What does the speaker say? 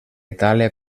itàlia